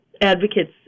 advocates